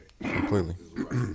Completely